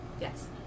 Yes